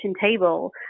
table